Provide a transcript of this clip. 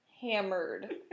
hammered